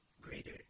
greater